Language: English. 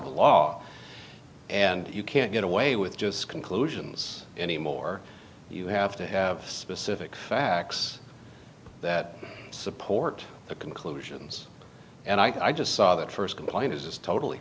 novolog and you can't get away with just conclusions anymore you have the specific facts that support the conclusions and i just saw that first complaint is totally